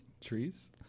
trees